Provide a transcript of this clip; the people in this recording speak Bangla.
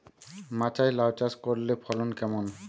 মাচায় লাউ চাষ করলে ফলন কেমন?